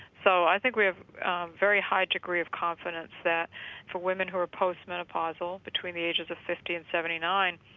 so i think we have a very high degree of confidence that for women who are post menopausal between the ages of fifty and seventy nine,